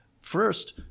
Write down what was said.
First